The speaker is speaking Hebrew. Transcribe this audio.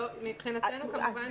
אבל אי אפשר כך.